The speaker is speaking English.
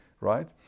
right